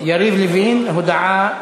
יריב לוין, הודעה